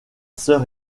sœur